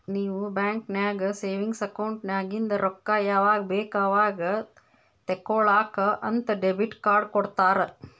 ನೀವ್ ಬ್ಯಾಂಕ್ ನಾಗ್ savings account ನಾಗಿಂದ್ ರೊಕ್ಕಾ ಯಾವಾಗ್ ಬೇಕ್ ಅವಾಗ್ ತೇಕೊಳಾಕ್ ಅಂತ್ ಡೆಬಿಟ್ ಕಾರ್ಡ್ ಕೊಡ್ತಾರ